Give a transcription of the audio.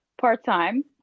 part-time